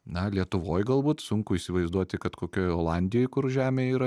na lietuvoj galbūt sunku įsivaizduoti kad kokioj olandijoj kur žemė yra